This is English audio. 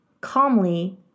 calmly